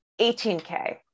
18K